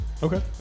Okay